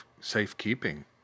safekeeping